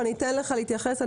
ואני אתן לך להתייחס.